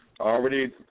already